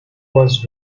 was